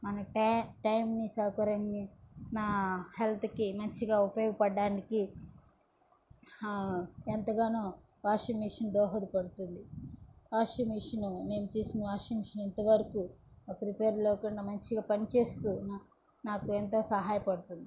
మన టై టైంని సౌకర్యంని నా హెల్త్కి మంచిగా ఉపయోగపడటానికి ఎంతగానో వాషింగ్ మిషన్ దోహదపడుతుంది వాషింగ్ మెషిన్ మేము తీసిన వాషింగ్ మిషన్ ఇంతవరకు ఒక రిపేర్ లేకుండా మంచిగా పని చేస్తూ నా నాకు ఎంతో సహాయపడుతుంది